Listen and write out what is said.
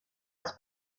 els